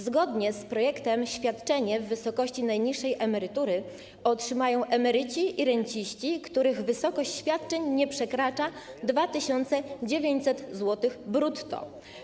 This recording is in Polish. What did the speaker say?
Zgodnie z projektem świadczenie w wysokości najniższej emerytury otrzymają emeryci i renciści, których wysokość świadczeń nie przekracza 2900 zł brutto.